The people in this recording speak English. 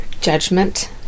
judgment